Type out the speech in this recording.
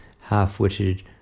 half-witted